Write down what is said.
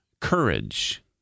Courage